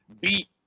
Beat